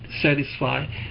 satisfy